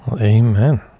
amen